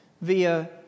via